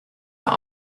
are